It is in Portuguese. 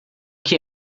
que